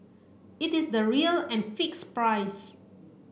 it is the real and fixed price